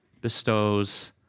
bestows